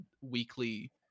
weekly